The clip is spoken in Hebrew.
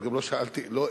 אבל גם לא שאלתי איפה,